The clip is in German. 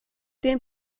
den